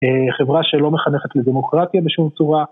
חברה שלא מחנכת לדמוקרטיה בשום צורה.